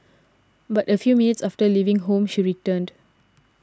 but a few minutes after leaving home she returned